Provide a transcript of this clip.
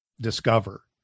discover